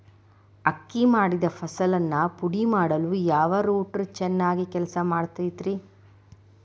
ಅಕ್ಕಿ ಮಾಡಿದ ಫಸಲನ್ನು ಪುಡಿಮಾಡಲು ಯಾವ ರೂಟರ್ ಚೆನ್ನಾಗಿ ಕೆಲಸ ಮಾಡತೈತ್ರಿ?